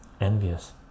envious